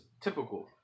typical